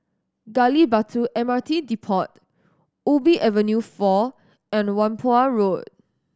Gali Batu M R T Depot Ubi Avenue Four and Whampoa Road